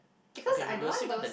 because I don't want those